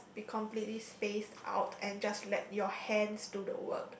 be completely spaced out and just let your hands do the work